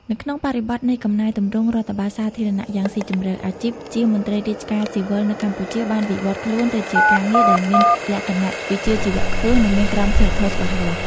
នៅក្នុងបរិបទនៃកំណែទម្រង់រដ្ឋបាលសាធារណៈយ៉ាងស៊ីជម្រៅ អាជីពជាមន្ត្រីរាជការស៊ីវិលនៅកម្ពុជាបានវិវត្តខ្លួនទៅជាការងារដែលមានលក្ខណៈវិជ្ជាជីវៈខ្ពស់ និងមានក្រមសីលធម៌ច្បាស់លាស់។